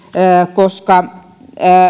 koska